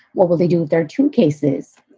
what will they do if there are two cases?